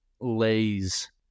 Lay's